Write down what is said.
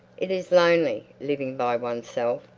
it is lonely living by oneself.